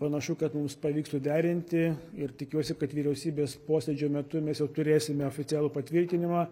panašu kad mums pavyks suderinti ir tikiuosi kad vyriausybės posėdžio metu mes jau turėsime oficialų patvirtinimą